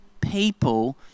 people